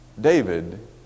David